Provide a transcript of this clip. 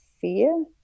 fear